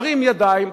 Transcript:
נרים ידיים,